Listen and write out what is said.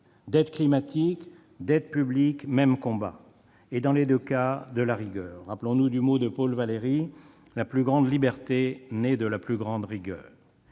Dette climatique, dette publique, même combat. Et dans les deux cas, il faut de la rigueur. Rappelons-nous le mot de Paul Valéry :« La plus grande liberté naît de la plus grande rigueur.